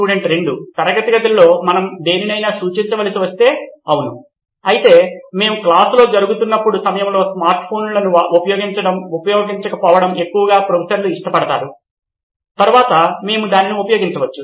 student 2 తరగతి గదులలో మనం దేనినైనా సూచించవలసి వస్తే అవును అయితే మేము క్లాస్ జరుగుతున్న సమయములో స్మార్ట్ ఫోన్లను ఉపయోగించకపోవడం ఎక్కువగా ప్రొఫెసర్లు ఇష్టపడతారు తరువాత మేము దానిని ఉపయోగించవచ్చు